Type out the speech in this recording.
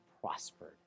prospered